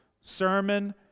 sermon